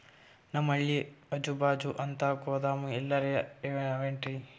ನಮ್ ಹಳ್ಳಿ ಅಜುಬಾಜು ಅಂತ ಗೋದಾಮ ಎಲ್ಲರೆ ಅವೇನ್ರಿ?